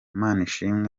manishimwe